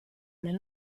nel